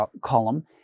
column